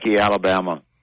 Alabama